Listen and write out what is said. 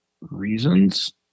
reasons